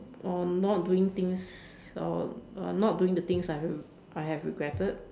or not doing things or not doing the things that I have I have regretted